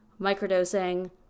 microdosing